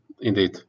Indeed